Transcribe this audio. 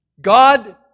God